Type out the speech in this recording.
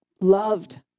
loved